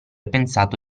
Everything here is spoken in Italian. pensato